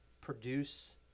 produce